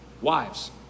wives